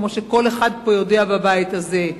כמו שכל אחד בבית הזה יודע,